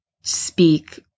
speak